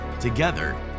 Together